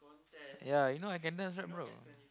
ya you know I can dance right bro